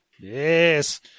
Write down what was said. Yes